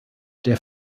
der